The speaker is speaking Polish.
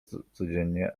codziennie